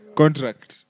contract